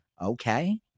Okay